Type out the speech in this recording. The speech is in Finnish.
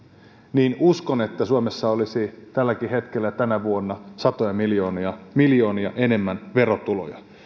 niin uskon että suomessa olisi tälläkin hetkellä tänä vuonna satoja miljoonia miljoonia enemmän verotuloja